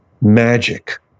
magic